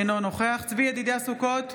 אינו נוכח צבי ידידיה סוכות,